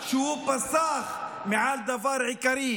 הוא פסח מעל דבר עיקרי.